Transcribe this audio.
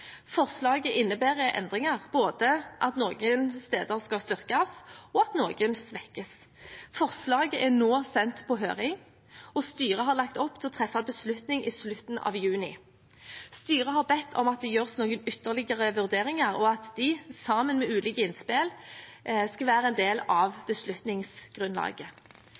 Forslaget innebærer endringer – både at noen steder skal styrkes, og at noen svekkes. Forslaget er nå sendt på høring, og styret har lagt opp til å treffe beslutning i slutten av juni. Styret har bedt om at det gjøres noen ytterligere vurderinger, og at disse, sammen med ulike innspill, skal være en del av beslutningsgrunnlaget.